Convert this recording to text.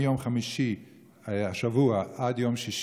מיום חמישי השבוע עד יום שישי,